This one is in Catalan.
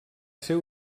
ser